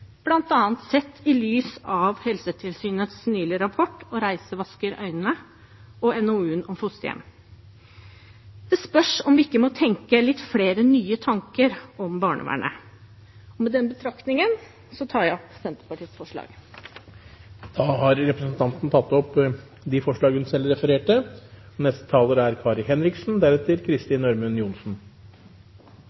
bl.a. sett i lys av Helsetilsynets nylige rapport «Det å reise vasker øynene» og NOU-en om fosterhjem. Det spørs om vi ikke må tenke litt flere nye tanker om barnevernet. Med den betraktningen tar jeg opp Senterpartiets forslag. Da har representanten Åslaug Sem-Jacobsen tatt opp de forslagene hun refererte til. Takk til SV for at de fremmer dette representantforslaget, for det er et viktig forslag. Familie- og